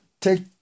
take